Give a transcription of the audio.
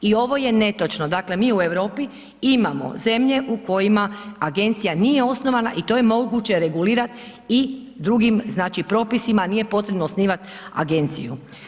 I ovo je netočno, dakle, mi u Europi imamo zemlje u kojima agencija nije osnovana i to je moguće regulirat i drugim, znači, propisima, nije potrebno osnivat agenciju.